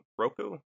Roku